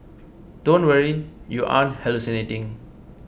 don't worry you aren't hallucinating